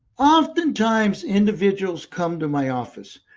oftentimes individuals come to my office.